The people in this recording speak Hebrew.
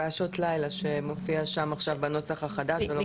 ואז שעות לילה שמופיע עכשיו בנוסח החדש ולא מופיע.